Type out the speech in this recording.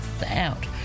out